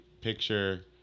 picture